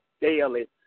daily